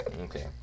Okay